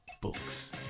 books